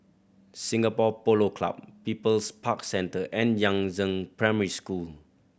Singapore Polo Club People's Park Centre and Yangzheng Primary School